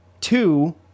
two